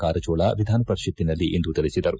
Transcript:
ಕಾರಜೋಳ ವಿಧಾನಪರಿಷತ್ತಿನಲ್ಲಿಂದು ತಿಳಿಸಿದರು